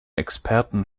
experten